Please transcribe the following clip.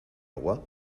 agua